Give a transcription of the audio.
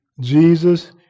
Jesus